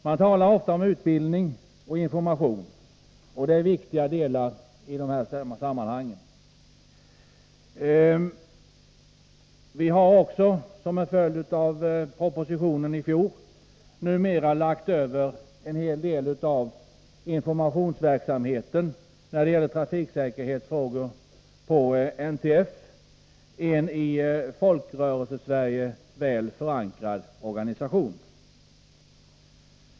Man talar ofta om utbildning och information, och det är naturligtvis viktiga delar i detta sammanhang. Vi har också som en följd av propositionen 125 i fjol lagt över en hel del av informationsverksamheten i trafiksäkerhetsfrågor på NTF, en i Folkrörelsesverige väl förankrad organisation.